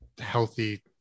healthy